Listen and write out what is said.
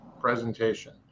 presentation